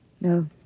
No